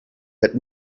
had